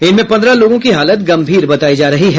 इनमें पन्द्रह लोगों की हालत गंभीर बताई जा रही है